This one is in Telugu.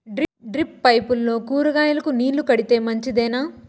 డ్రిప్ పైపుల్లో కూరగాయలు నీళ్లు కడితే మంచిదేనా?